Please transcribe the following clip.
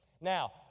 Now